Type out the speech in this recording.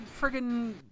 friggin